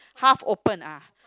half opened ah